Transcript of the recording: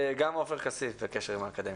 גם עופר כסיף בקשר עם האקדמיה.